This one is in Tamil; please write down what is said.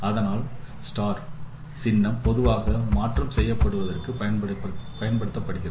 அதனால் சின்னம் பொதுவாக மாற்றும் செயல்பாட்டிற்கு பயன்படுத்தப்படுகிறது